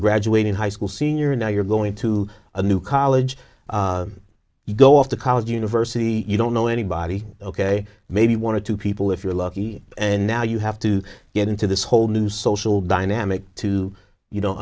graduating high school senior and now you're going to a new college you go off to college or university you don't know anybody ok maybe one or two people if you're lucky and now you have to get into this whole new social dynamic too you don't